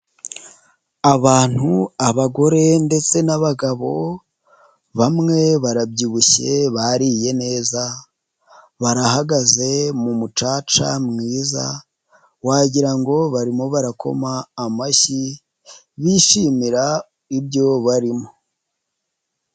Abantu, abagore ndetse n'abagabo, bamwe barabyibushye bariye neza, barahagaze mu mucaca mwiza, wagira ngo barimo barakoma amashyi, bishimira ibyo barimo.